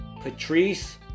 Patrice